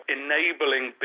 enabling